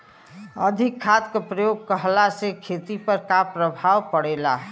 अधिक खाद क प्रयोग कहला से खेती पर का प्रभाव पड़ेला?